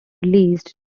released